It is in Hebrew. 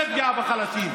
זה פגיעה בחלשים,